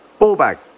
Ballbag